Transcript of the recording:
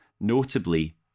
notably